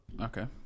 okay